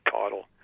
title